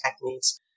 techniques